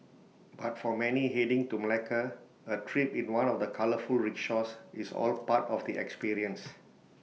but for many heading to Malacca A trip in one of the colourful rickshaws is all part of the experience